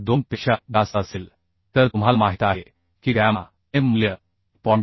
2 पेक्षा जास्त असेल तर तुम्हाला माहीत आहे की गॅमा M मूल्य 1